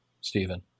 Stephen